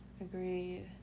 Agreed